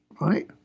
Right